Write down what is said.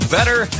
Better